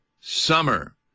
summer